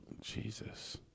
Jesus